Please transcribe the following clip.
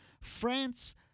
france